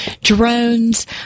drones